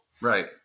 right